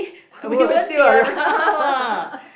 will we still around